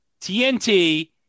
TNT